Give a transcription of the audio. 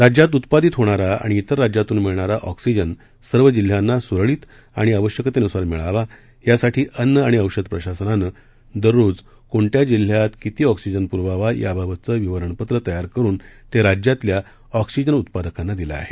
राज्यात उत्पादित होणारा आणि तिर राज्यातून मिळणारा एक्सिजन सर्व जिल्ह्यांना सुरळीत आणि आवश्यकतेनुसार मिळावा यासाठी अन्न आणि औषध प्रशासनानं दररोज कोणत्या जिल्ह्यात किती ऑक्सिजन पुरवावा याबाबतचं विवरणपत्र तयार करून ते राज्यातल्या ऑक्सिजन उत्पादकांना दिलं आहे